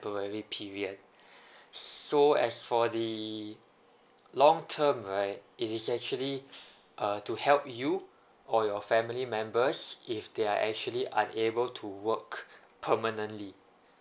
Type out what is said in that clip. temporary period so as for the long term right it's actually uh to help you or your family members if they are actually unable to work permanently